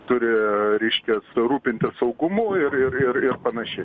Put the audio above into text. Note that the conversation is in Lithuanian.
turi reiškias rūpintis saugumu ir ir ir ir panašiai